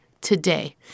today